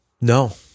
No